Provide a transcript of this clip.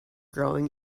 growing